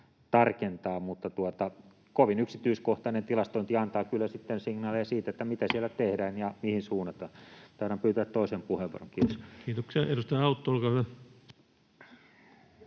tarkentaa. Mutta kovin yksityiskohtainen tilastointi antaa kyllä sitten signaaleja siitä, mitä siellä tehdään ja mihin suunnataan. Taidan pyytää toisen puheenvuoron. — Kiitos. Kiitoksia. — Edustaja Autto, olkaa hyvä.